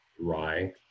rye